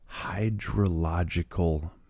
hydrological